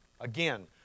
Again